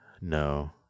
No